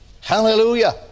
Hallelujah